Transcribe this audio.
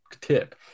tip